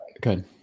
good